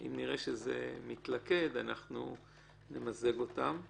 אם נראה שזה מתלכד, אנחנו נמזג אותן בהסכמה,